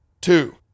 two